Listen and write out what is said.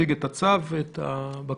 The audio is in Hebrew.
את הצו ואת הבקשה.